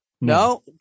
No